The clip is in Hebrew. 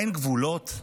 אין גבולות?